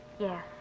Yes